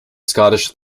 scottish